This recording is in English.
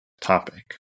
topic